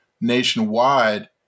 nationwide